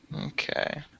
Okay